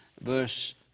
verse